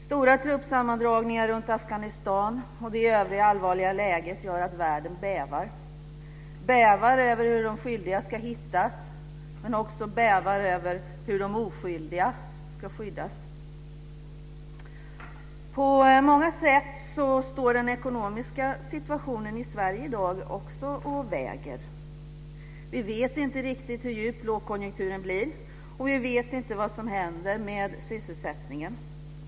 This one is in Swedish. Stora truppsammandragningar runt Afghanistan och det i övrigt allvarliga läget gör att världen bävar för hur de skyldiga ska hittas, men också för hur de oskyldiga ska skyddas. På många sätt står den ekonomiska situationen i Sverige i dag också och väger. Vi vet inte riktigt hur djup lågkonjunkturen blir. Vi vet inte vad som händer med sysselsättningen.